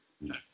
no